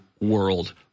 world